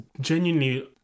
genuinely